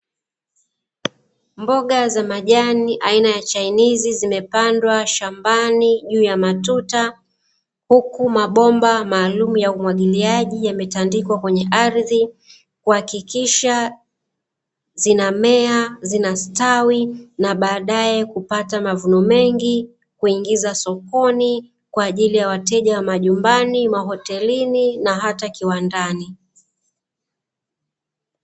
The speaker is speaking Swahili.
Mboga za majani aina ya chainizi zimepandwa shambani juu ya matuta, huku mabomba maalumu ya umwagiliaji yametandikwa kwenye ardhi, kuhakikisha zinamea, zinastawi na baadaye kupata mavuno mengi, kuingiza sokoni kwa ajili ya wateja wa majumbani, mahotelini na hata kiwandani.